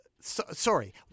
Sorry